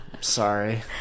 Sorry